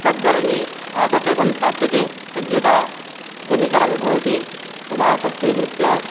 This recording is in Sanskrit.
तद्बर्णी आतपे संस्थाप्यते तद्यदा घनिकरं भवति तदा तत् स्वीकृत्य